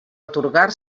atorgar